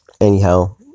anyhow